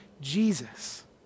Jesus